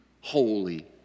holy